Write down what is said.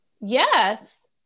yes